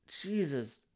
Jesus